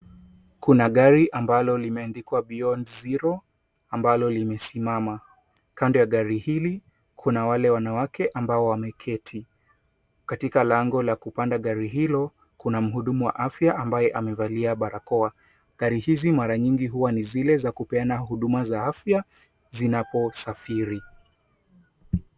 Kuna gari ambalo limeandikwa Beyond Zero ambalo limesimama. Kando ya gari hili kuna wale wanawake ambao wameketi. Katika lango la kupanda gari hilo kuna mhudumu wa afya ambaye amevalia barakoa. Gari hizi mara nyingi huwa ni zile za kupeana huduma za afya zinapo safiri.